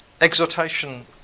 exhortation